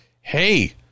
Hey